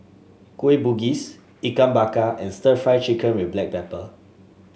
Kueh Bugis Ikan Bakar and stir Fry Chicken with Black Pepper